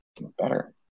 better